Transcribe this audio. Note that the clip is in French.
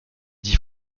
dit